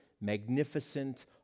magnificent